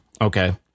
okay